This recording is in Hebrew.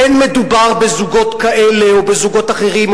אין מדובר בזוגות כאלה או בזוגות אחרים או